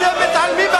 אתם צמאים לדם.